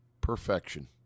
perfection